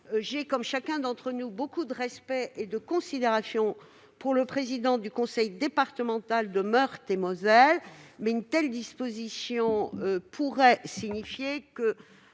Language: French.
J'ai, comme chacun d'entre nous, beaucoup de respect et de considération pour le président du conseil départemental de Meurthe-et-Moselle, mais une telle disposition lui permettrait